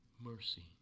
mercy